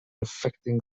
affecting